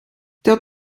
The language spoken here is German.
der